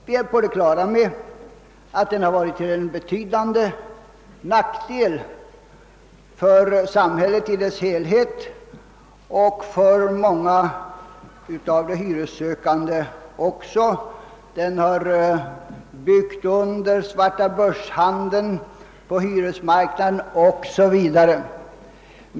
Vi är på det klara med att den varit till betydande nackdel för samhället i dess helhet och för många av de bostadssökande — den har byggt under svartabörshandeln på hyresmarknaden o. s. v.